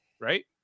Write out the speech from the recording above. right